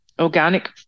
organic